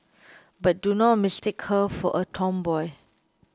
but do not mistake her for a tomboy